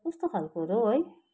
कस्तो खालकोहरू हौ है